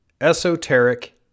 esoteric